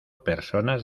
personas